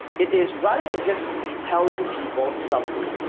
it is rather than just telling people something.